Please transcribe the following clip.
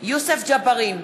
יוסף ג'בארין,